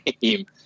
game